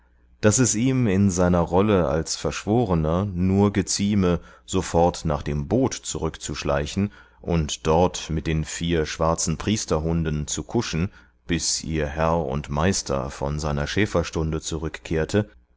daß es ihm in seiner rolle als verschworener nur gezieme sofort nach dem boot zurückzuschleichen und dort mit den vier schwarzen priesterhunden zu kuschen bis ihr herr und meister von seiner schäferstunde zurückkehrte